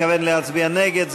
התכוון להצביע נגד,